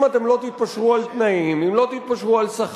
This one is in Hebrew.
אם אתם לא תתפשרו על תנאים, אם לא תתפשרו על שכר,